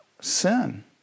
sin